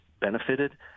benefited